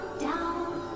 down